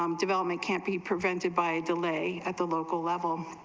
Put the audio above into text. um development can be prevented by delaying at the local level